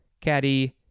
caddy